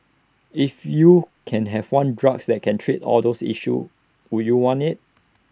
if you can have one drugs that can treat all those issues would you want IT